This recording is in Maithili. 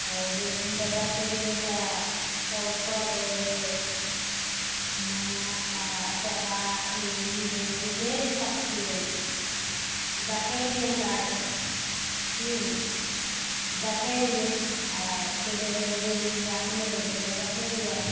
तऽ दूरबीनसँ देखय रहियइ तऽ कबूतर रहय रहय मैना आओर तोता हे ई हे उ ढेरी पक्षी रहय रहय देखय रहियइ हमरा अरके हूँ देखय रहियइ आओर की कहय छै उ दूरमीन राखने रहय रहियइ तऽ देखय रहियइ